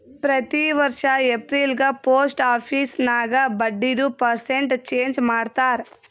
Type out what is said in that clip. ಪ್ರತಿ ವರ್ಷ ಎಪ್ರಿಲ್ಗ ಪೋಸ್ಟ್ ಆಫೀಸ್ ನಾಗ್ ಬಡ್ಡಿದು ಪರ್ಸೆಂಟ್ ಚೇಂಜ್ ಮಾಡ್ತಾರ್